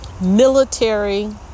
military